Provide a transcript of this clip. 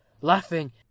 laughing